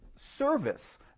service